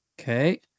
Okay